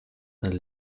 and